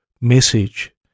message